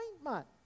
appointment